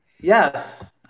Yes